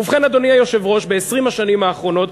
ובכן, אדוני היושב-ראש, ב-20 השנים האחרונות,